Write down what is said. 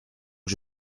que